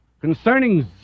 concerning